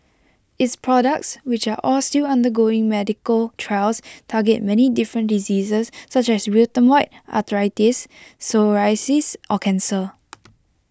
its products which are all still undergoing medical trials target many different diseases such as rheumatoid arthritis psoriasis or cancer